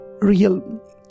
real